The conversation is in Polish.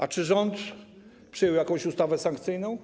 A czy rząd przyjął jakąś ustawę sankcyjną?